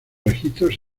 registros